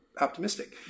optimistic